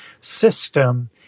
system